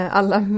Alla